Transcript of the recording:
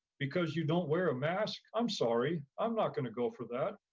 because you don't wear a mask. i'm sorry, i'm not gonna go for that.